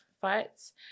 fights